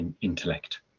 intellect